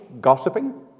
gossiping